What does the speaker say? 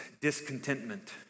discontentment